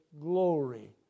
glory